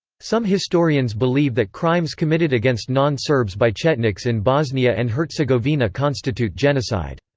some historians believe that crimes committed against non-serbs by chetniks in bosnia and herzegovina constitute genocide.